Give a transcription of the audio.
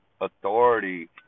authority